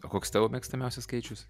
o koks tavo mėgstamiausias skaičius